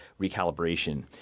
recalibration